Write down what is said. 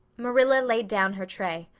marilla laid down her tray.